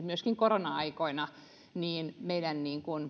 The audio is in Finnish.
myöskin korona aikoina tosi paljon esimerkiksi meidän